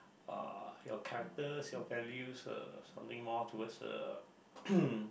uh your characters your values uh something more towards uh